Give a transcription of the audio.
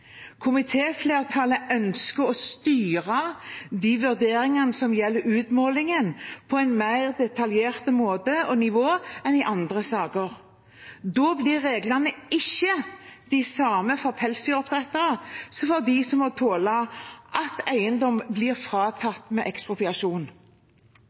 ønsker å styre de vurderingene som gjelder utmålingen, på en mer detaljert måte og et mer detaljert nivå enn i andre saker. Da blir ikke reglene de samme for pelsdyroppdrettere som for dem som må tåle at eiendom blir